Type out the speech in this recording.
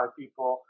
people